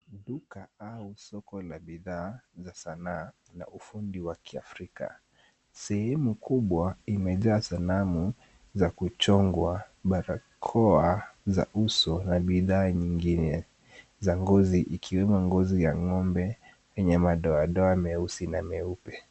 Duka au soko la bidhaa za sanaa au ufundi wa kiafrika. Sehemu kubwa imejaa sanamu za kuchongwa, barakoa za uso na bidhaa zingine za ngozi ikiwemo ngozi ya ng'ombe, yenye madoadoa meusi na meupe.